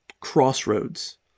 crossroads